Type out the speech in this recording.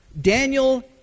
Daniel